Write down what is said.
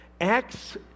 Acts